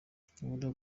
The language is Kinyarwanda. ntushobora